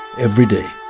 every day,